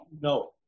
No